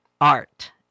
art